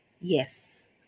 Yes